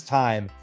time